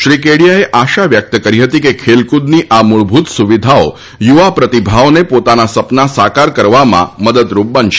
શ્રી કેડિયાએ આશા વ્યક્ત કરી હતી કે ખેલકૂદની આ મુળભૂત સુવિધાઓ યુવા પ્રતિભાઓને પોતાના સપના સાકાર કરવામાં મદદરૂપ બનશે